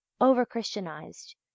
over-Christianized